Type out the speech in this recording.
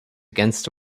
against